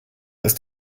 ist